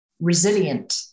resilient